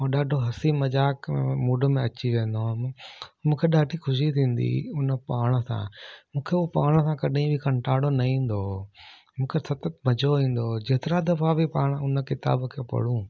हो हसी मज़ाक मूड में अची वेंदो हुउमि मूंखे ॾाढी ख़ुशी थींदी हुई उन पढ़ण सां मूंखे उहो पढ़ण सां कॾहिं बि कंटाड़ो न ईंदो हुओ मूंखे सतत मज़ो ईंदो हुओ जेतिरा दफ़ा बि पाण उन किताब खे पढ़ूं